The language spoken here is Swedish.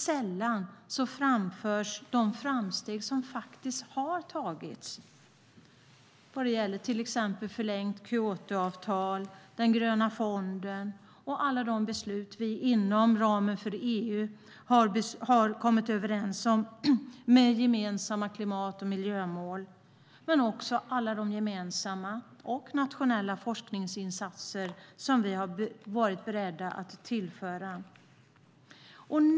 Sällan framförs de framsteg som faktiskt har gjorts, till exempel förlängt Kyotoavtal, den gröna fonden och alla de beslut som vi inom EU har fattat om gemensamma klimat och miljömål och alla de gemensamma och nationella forskningsinsatser som vi har varit beredda att göra.